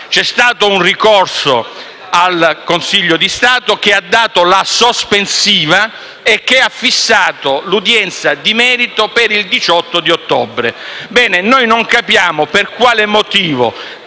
C'è stato un ricorso al Consiglio di Stato, che ha dato la sospensiva e ha fissato l'udienza di merito al 18 ottobre.